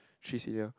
she's here